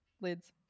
Lids